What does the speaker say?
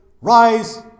rise